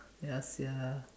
ya sia